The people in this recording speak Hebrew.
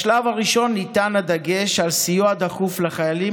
בשלב הראשון ניתן הדגש על סיוע דחוף לחיילים